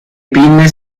pinne